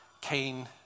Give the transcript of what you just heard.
Cain